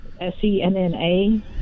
S-E-N-N-A